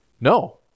No